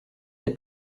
des